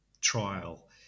trial